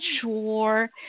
sure